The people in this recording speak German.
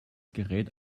gerät